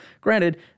Granted